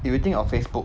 if you think of facebook